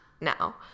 now